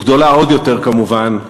וגדולה עוד יותר, כמובן,